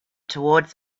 towards